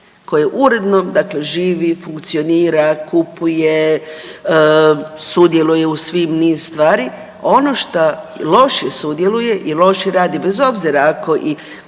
koje uredno dakle živi, funkcionira, kupuje, sudjeluje u svim niz stvar, ono što loše sudjeluje i loše radi bez obzira ako i